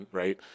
right